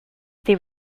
they